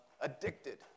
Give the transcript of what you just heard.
addicted